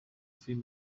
film